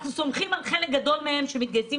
אנחנו סומכים על חלק גדול מהם שמתגייסים